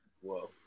Whoa